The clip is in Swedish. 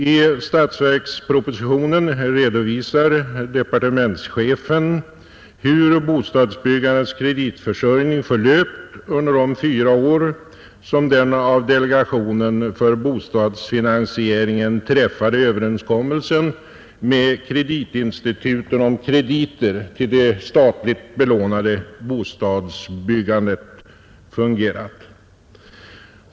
I statsverkspropositionen redovisar departementschefen hur bostadsbyggandets kreditförsörjning har förlöpt under de fyra år som den mellan delegationen för bostadsfinansiering och kreditinstituten träffade över enskommelsen om krediter till det statligt belånade bostadsbyggandet har fungerat.